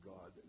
God